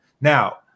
Now